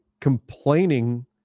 complaining